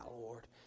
Lord